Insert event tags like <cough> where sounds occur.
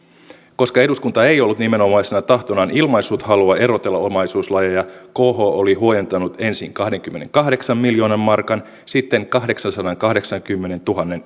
koska eduskunta ei ollut nimenomaisena tahtonaan ilmaissut halua erotella omaisuuslajeja kho oli huojentanut ensin kahdenkymmenenkahdeksan miljoonan markan sitten kahdeksansadankahdeksankymmenentuhannen <unintelligible>